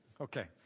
okay